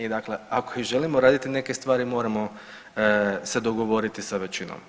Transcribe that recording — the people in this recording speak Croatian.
I dakle ako i želimo raditi neke stvari moramo se dogovoriti sa većinom.